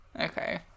okay